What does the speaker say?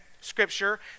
scripture